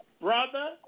brother